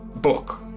book